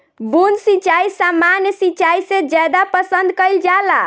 बूंद सिंचाई सामान्य सिंचाई से ज्यादा पसंद कईल जाला